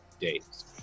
days